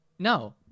No